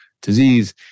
disease